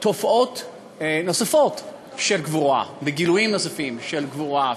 תופעות נוספות של גבורה וגילויים נוספים של גבורה,